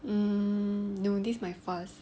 um no this is my first